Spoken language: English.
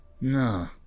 no